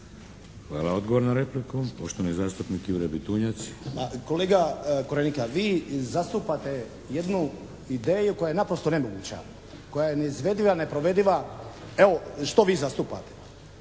Hvala. Odgovor na repliku, poštovani zastupnik Jure Bitunjac. **Bitunjac, Jure (HDZ)** Kolega Korenika vi zastupate jednu ideju koja je naprosto nemoguća. Koja je neizvediva, neprovediva. Evo što vi zastupate.